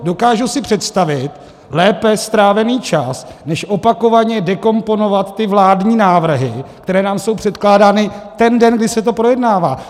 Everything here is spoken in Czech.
Dokážu si představit lépe strávený čas než opakovaně dekomponovat ty vládní návrhy, které nám jsou předkládány ten den, kdy se to projednává.